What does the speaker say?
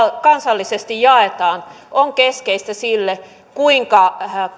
kansallisesti jaetaan on keskeistä sille kuinka